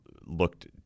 looked